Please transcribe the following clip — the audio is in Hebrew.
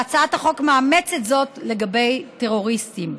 והצעת החוק מאמצת זאת לגבי טרוריסטים.